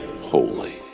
holy